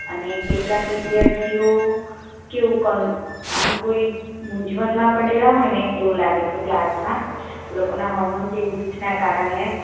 અને કેટલાક વિદ્યાર્થીઓ કેવું કે આમ કોઈ મુંઝવણમાં પડેલા હોય ને એવું લાગે છે ક્લાસમાં એ લોકોનાં હોર્મોન ચેન્જીસનાં કારણે